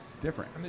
Different